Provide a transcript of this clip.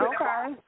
okay